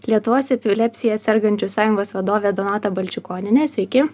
lietuvos epilepsija sergančiųjų sąjungos vadovė donata balčikonienė sveiki